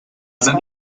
sind